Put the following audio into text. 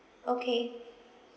okay